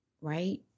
right